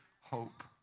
hope